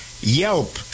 Yelp